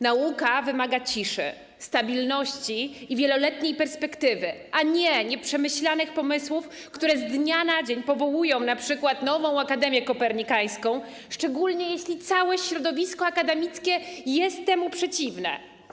Nauka wymaga ciszy, stabilności i wieloletniej perspektywy, a nie nieprzemyślanych pomysłów, które z dnia na dzień powołują np. nową Akademię Kopernikańską, szczególnie jeśli całe środowisko akademickie jest temu przeciwne.